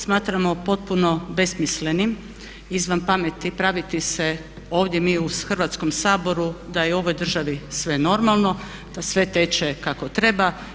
Smatramo potpuno besmislenim, izvan pameti praviti se ovdje mi u Hrvatskom saboru da je u ovoj državi sve normalno, da sve teče kako treba.